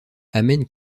amène